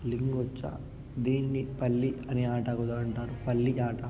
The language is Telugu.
లింగోచ్చా దీన్ని పల్లీ అనే ఆట కూడా అంటారు పల్లీ ఆట